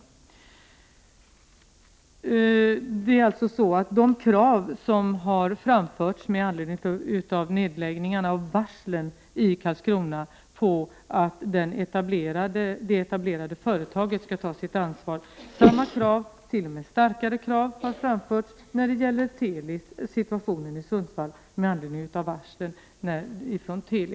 Samma och starkare krav som framfördes med anledning av varslen om nedläggningen i Karlskrona har framförts på att det etablerade företaget skall ta sitt ansvar när det gäller den situation som uppstått med anledning av varslen vid Teli.